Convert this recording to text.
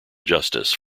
justice